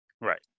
Right